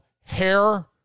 hair